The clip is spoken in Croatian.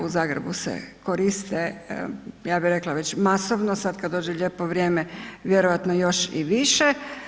U Zagrebu se koriste ja bih rekla već masovno sada kada dođe lijepo vrijeme vjerojatno još i više.